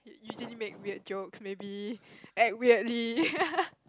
u~ usually make weird jokes maybe act weirdly